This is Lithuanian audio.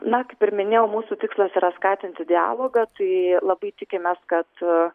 na kaip ir minėjau mūsų tikslas yra skatinti dialogą tai labai tikimės kad